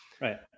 Right